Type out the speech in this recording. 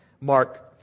Mark